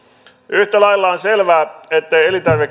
yhtä lailla on selvää ettei